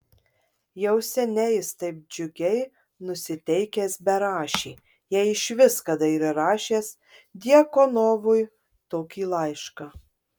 jau seniai jis taip džiugiai nusiteikęs berašė jei išvis kada yra rašęs djakonovui tokį laišką